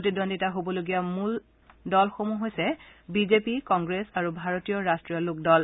প্ৰতিদ্বন্দ্বিতা হবলগীয়া মূল দলসমূহ হৈছে বিজেপি কংগ্ৰেছ আৰু ভাৰতীয় ৰষ্ট্ৰীয় লোকদল